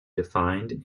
defined